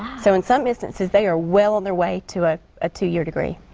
so in some instances they are well on their way to a ah two year degree.